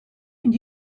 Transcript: and